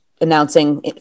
announcing